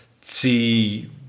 see